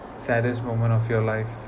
saddest moment of your life